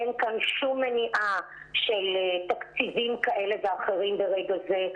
אין כאן שום מניעה של תקציבים כאלה ואחרים ברגע זה.